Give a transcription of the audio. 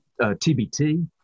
tbt